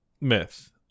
myth